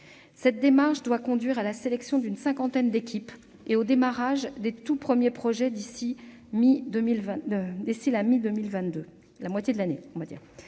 Cette démarche doit conduire à la sélection d'une cinquantaine d'équipes et au lancement des tout premiers projets d'ici au milieu de l'année